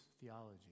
theology